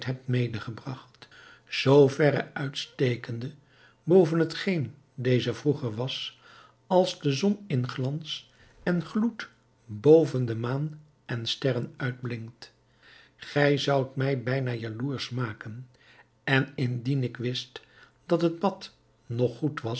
medegebragt zoo verre uitstekende boven hetgeen deze vroeger was als de zon in glans en gloed boven de maan en sterren uitblinkt gij zoudt mij bijna jaloersch maken en indien ik wist dat het bad nog goed was